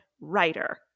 writer